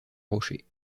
rocher